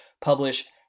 publish